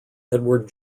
edward